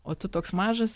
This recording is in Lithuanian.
o tu toks mažas